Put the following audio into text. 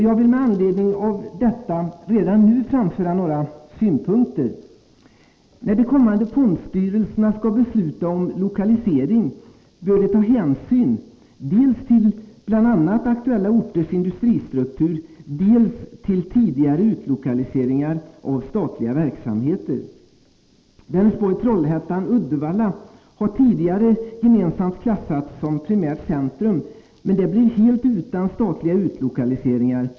Jag vill med anledning av detta redan nu framföra några synpunkter. När de kommande fondstyrelserna skall besluta om lokalisering bör de ta hänsyn dels till bl.a. aktuella orters industristruktur, dels till tidigare utlokaliseringar av statliga verksamheter. Vänersborg-Trollhättan-Uddevalla har tidigare gemensamt klassats som primärt centrum, men det blev helt utan statliga utlokaliseringar.